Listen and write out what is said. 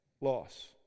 loss